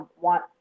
want